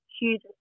Huge